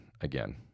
again